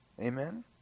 Amen